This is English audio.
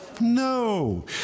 No